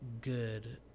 good